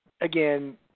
again